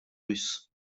russes